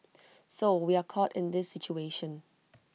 so we are caught in this situation